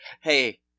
hey –